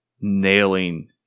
nailing